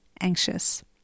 anxious